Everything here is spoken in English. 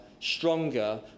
Stronger